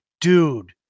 dude